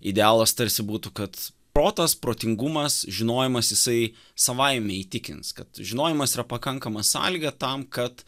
idealas tarsi būtų kad protas protingumas žinojimas jisai savaime įtikins kad žinojimas yra pakankama sąlyga tam kad